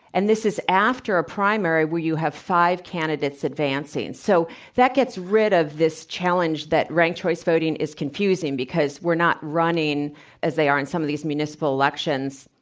and this is after a primary where you have five candidates advancing. so that gets rid of this challenge. that ranked choice voting is confusing because we're not running perhaps as they are in some of these municipal elections,